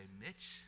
Mitch